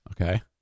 Okay